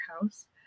house